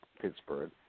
Pittsburgh